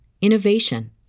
innovation